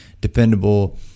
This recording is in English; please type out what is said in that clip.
dependable